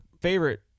favorite